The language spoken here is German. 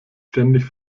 ständig